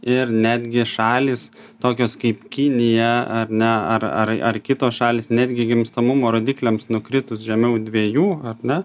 ir netgi šalys tokios kaip kinija ar ne ar ar ar kitos šalys netgi gimstamumo rodikliams nukritus žemiau dviejų ar ne